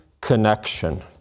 connection